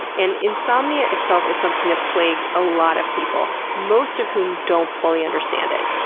and insomnia itself is something that plagues a lot of people, most of whom don't fully understand it.